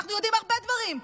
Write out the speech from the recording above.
אנחנו יודעים הרבה דברים.